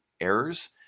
errors